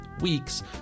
weeks